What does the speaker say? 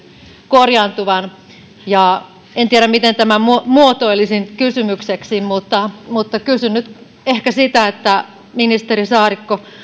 korjaantuvan en tiedä miten tämän muotoilisin kysymykseksi mutta mutta kysyn nyt ehkä sitä että ministeri saarikko